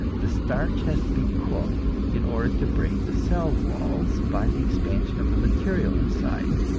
the starch has to be cooked in order to break the cell walls by the expansion of the material inside.